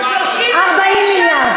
40 מיליארד.